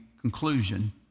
conclusion